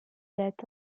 date